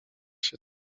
się